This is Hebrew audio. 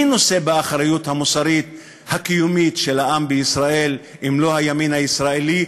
מי נושא באחריות המוסרית הקיומית של העם בישראל אם לא הימין הישראלי,